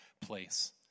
place